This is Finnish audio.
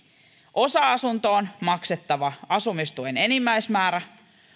osa asuntoon maksettava asumistuen enimmäismäärä